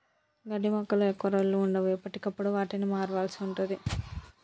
గడ్డి మొక్కలు ఎక్కువ రోజులు వుండవు, ఎప్పటికప్పుడు వాటిని మార్వాల్సి ఉంటది